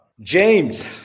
James